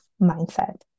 mindset